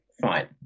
fine